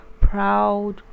proud